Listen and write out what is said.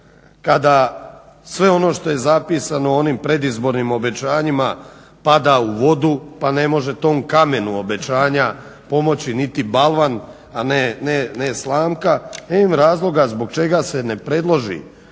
kada sve ono što je zapisano u onim predizbornim obećanjima pada u vodu pa ne može tom kamenu obećanja pomoći niti balvan, a ne slamka, ne vidim razloga zbog čega se ne predloži